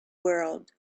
world